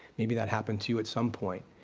maybe that happened to you at some point,